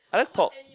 I like pork